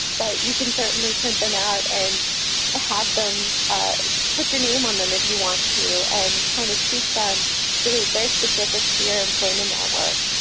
but you can certainly print them out and have them put your name on them if you want to, and kind of tweak them so that they're specific to your employment network.